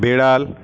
বেড়াল